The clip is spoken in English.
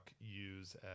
use